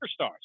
superstars